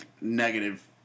negative